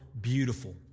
beautiful